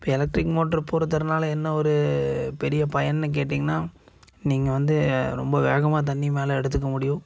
இப்போ electric motor பொருத்துறதுனால என்ன ஒரு பெரிய பயன்னு கேட்டிங்கன்னா நீங்கள் வந்து ரொம்ப வேகமாக தண்ணி மேலே எடுத்துக்க முடியும்